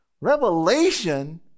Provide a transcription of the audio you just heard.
revelation